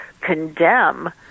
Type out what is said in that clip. condemn